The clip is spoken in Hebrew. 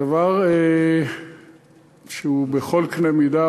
דבר שבכל קנה מידה,